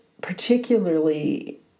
particularly